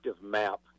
map